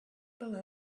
below